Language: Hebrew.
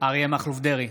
אריה מכלוף דרעי,